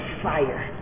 fire